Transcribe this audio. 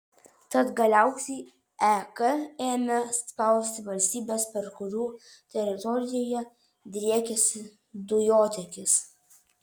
tad galiausiai ek ėmė spausti valstybes per kurių teritoriją driekiasi dujotiekis